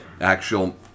actual